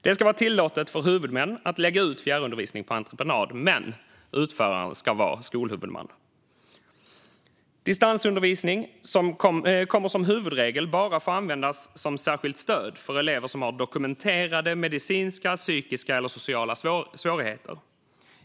Det ska vara tillåtet för huvudmän att lägga ut fjärrundervisning på entreprenad, men utföraren ska vara skolhuvudman. Distansundervisning kommer som huvudregel bara att få användas som särskilt stöd för elever som har dokumenterade medicinska, psykiska eller sociala svårigheter.